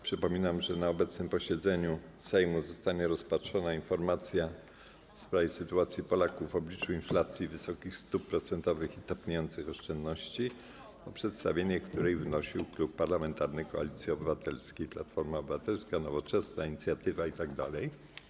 Przypominam, że na obecnym posiedzeniu Sejmu zostanie rozpatrzona informacja w sprawie sytuacji Polaków w obliczu inflacji, wysokich stóp procentowych i topniejących oszczędności, o przedstawienie której wnosił Klub Parlamentarny Koalicja Obywatelska - Platforma Obywatelska, Nowoczesna, Inicjatywa Polska, Zieloni.